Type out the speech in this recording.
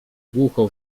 głucho